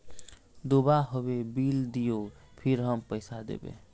दूबा होबे बिल दियो फिर हम पैसा देबे?